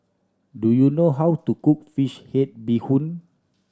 do you know how to cook fish head bee hoon